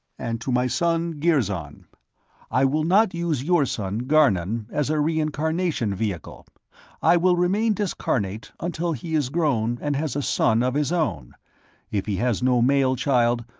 and to my son, girzon i will not use your son, garnon, as a reincarnation-vehicle i will remain discarnate until he is grown and has a son of his own if he has no male child,